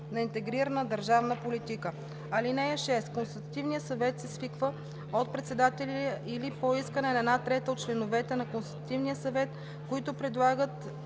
на интегрирана държавна политика. (6) Консултативният съвет се свиква от председателя или по искане на една трета от членовете на Консултативния съвет, които предлагат